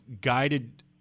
guided